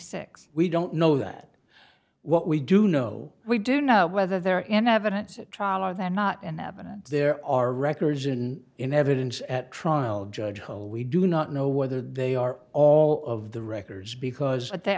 six we don't know that what we do know we do know whether they're in evidence at trial or they are not in evidence there are records in in evidence at trial judge hole we do not know whether they are all of the wreckers because the